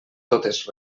totes